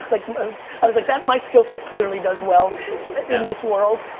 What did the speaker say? like most, i was like that my skillset clearly does well in this world.